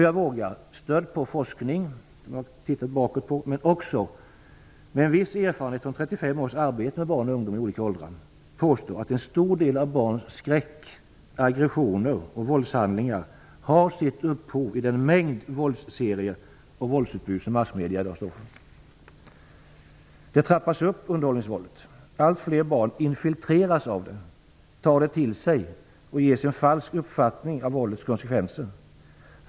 Jag vågar, stödd på forskning som jag sett tillbaka på och också på viss erfarenhet från 35 års arbete med barn och ungdomar i olika åldrar, påstå att en stor del av barns skräck, aggressioner och våldshandlingar har sitt upphov i en mängd våldsserier och i det våldsutbud som massmedierna i dag står för. Underhållningsvåldet trappas upp. Allt fler barn infiltreras av det och tar det till sig. De ges en falsk uppfattning av våldets konsekvenser.